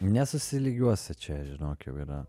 nesusilygiuosi čia žinok jau yra